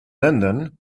linden